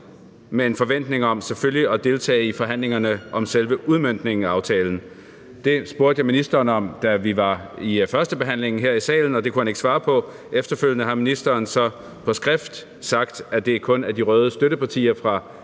med en forventning om selvfølgelig at deltage i forhandlingerne om selve udmøntningen af aftalen. Det spurgte jeg ministeren om, da vi var til første behandling her i salen, og det kunne han ikke svare på. Efterfølgende har ministeren så på skrift svaret, at det kun er de røde støttepartier fra